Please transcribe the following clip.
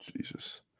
Jesus